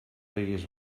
diguis